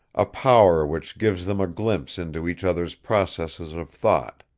a power which gives them a glimpse into each other's processes of thought.